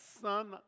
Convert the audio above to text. son